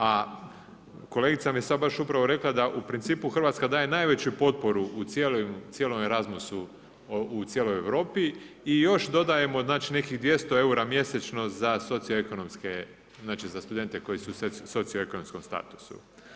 A kolegica mi je sada baš upravo rekla da u principu Hrvatska daje najveću potporu u cijelom Erasmusu u cijeloj Europi i još dodajemo nekih 200 eura mjesečno za socioekonomske, znači za studente koji su u socioekonomskom statusu.